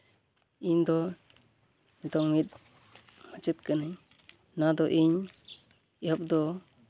ᱤᱧᱫᱚ ᱱᱤᱛᱚᱝ ᱢᱤᱫ ᱢᱟᱪᱮᱫ ᱠᱟᱹᱱᱟᱹᱧ ᱚᱱᱟ ᱫᱚ ᱤᱧ ᱮᱦᱚᱵ ᱫᱚ